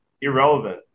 irrelevant